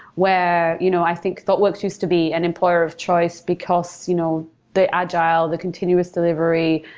where you know i think thoughtworks used to be an implorer of choice, because you know the agile, the continuous delivery,